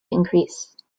increase